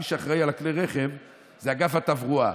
מי שאחראי לכלי הרכב הוא אגף התברואה.